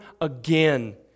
again